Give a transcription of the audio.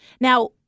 Now